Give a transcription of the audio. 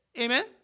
Amen